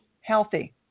healthy